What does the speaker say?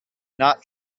not